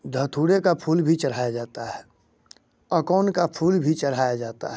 धतूरे का फूल भी चढ़ाया जाता है अकौन का फूल भी चढ़ाया जाता है